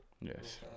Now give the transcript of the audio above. Yes